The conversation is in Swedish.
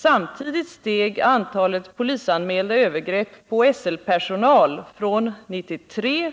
Samtidigt steg antalet polisanmälda övergrepp på SL-personal från 93